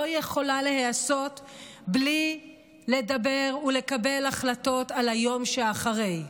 יכולה להיעשות בלי לדבר ולקבל החלטות על היום שאחרי.